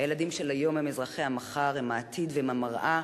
הילדים של היום הם אזרחי המחר, הם העתיד והם המראה